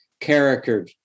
character